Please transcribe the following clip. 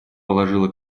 положила